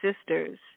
sisters